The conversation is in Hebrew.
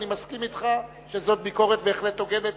אני מסכים אתך שזו ביקורת בהחלט הוגנת,